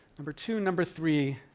number two. number three,